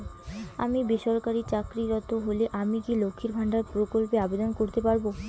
আমি বেসরকারি চাকরিরত হলে আমি কি লক্ষীর ভান্ডার প্রকল্পে আবেদন করতে পারব?